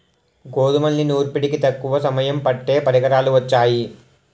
గోధుమల్ని నూర్పిడికి తక్కువ సమయం పట్టే పరికరాలు వొచ్చాయి